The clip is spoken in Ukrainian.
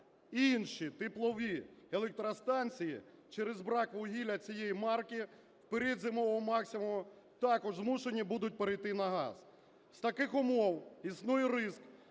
інші теплові електростанції через брак вугілля цієї марки в період зимового максимуму також змушені будуть перейти на газ. В таких умовах існує ризик